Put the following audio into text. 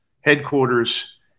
headquarters